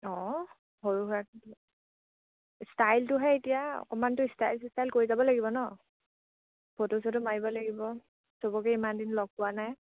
অঁ সৰু ষ্টাইলটোহে এতিয়া অকণমানটো ষ্টাইল চিষ্টাইল কৰি যাব লাগিব ন ফটো চটো মাৰিব লাগিব চবকে ইমান দিন লগ পোৱা নাই